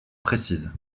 précise